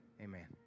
amen